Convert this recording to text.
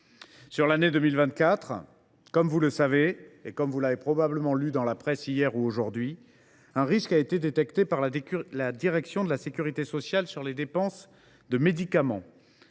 Sur l’année 2024, comme vous l’avez probablement lu dans la presse hier ou aujourd’hui, un risque a été détecté par la direction de la sécurité sociale sur les dépenses de médicaments,